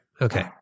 okay